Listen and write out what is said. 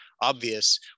obvious